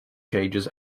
changes